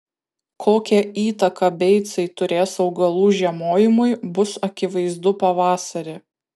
kokią įtaką beicai turės augalų žiemojimui bus akivaizdu pavasarį